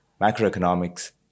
macroeconomics